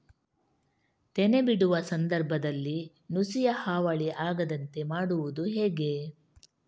ತೆನೆ ಬಿಡುವ ಸಂದರ್ಭದಲ್ಲಿ ನುಸಿಯ ಹಾವಳಿ ಆಗದಂತೆ ಮಾಡುವುದು ಹೇಗೆ?